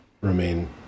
remain